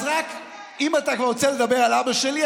אז אם אתה כבר רוצה לדבר על אבא שלי,